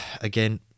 Again